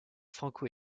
franco